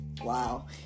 wow